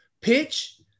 pitch